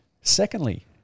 Secondly